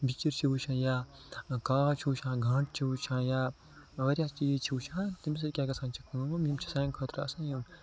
بِچِرۍ چھِ وٕچھان یا کاو چھِ وٕچھان گانٹہٕ چھِ وٕچھان یا واریاہ چیٖز چھِ وِچھان تٔمۍ سۭتۍ کیٛاہ گژھان چھِ کٲم یِم چھِ سانہِ خٲطرٕ آسان یِم